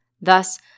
Thus